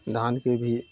धानके भी